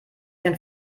den